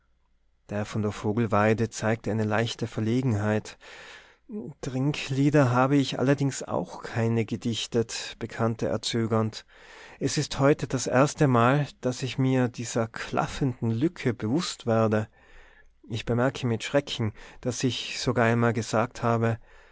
der von der vogelweide zeigte eine leichte verlegenheit trinklieder habe ich allerdings auch keine gedichtet bekannte er zögernd es ist heute das erste mal daß ich mir dieser klaffenden lücke bewußt werde ich bemerke mit schrecken daß ich sogar einmal gesagt habe